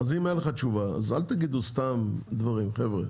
אם אין לך תשובה אז אל תגידו סתם דברים, חבר'ה.